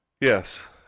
Yes